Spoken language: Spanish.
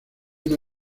una